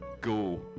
Go